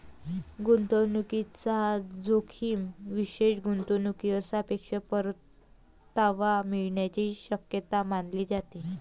गुंतवणूकीचा जोखीम विशेष गुंतवणूकीवर सापेक्ष परतावा मिळण्याची शक्यता मानली जाते